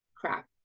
crap